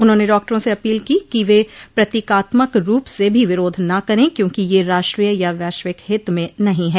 उन्होंने डॉक्टरों से अपील की कि वे प्रतीकात्मक रूप से भी विरोध न करे क्योंकि ये राष्ट्रीय या वैश्विक हित में नहीं है